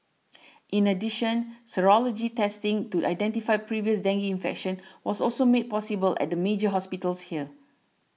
in addition serology testing to identify previous dengue infection was also made at the major hospitals here